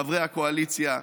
חברי הקואליציה.